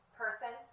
person